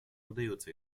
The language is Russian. удается